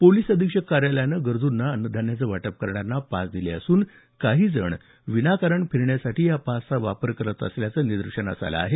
police अधिक्षक कार्यालयानं गरजुंना अन्नधान्याचं वाटप करणाऱ्यांना पास दिले असून काही जण विनाकारण फिरण्यासाठी पासचा वापर करत असल्याचं निदर्शनास आलं आहे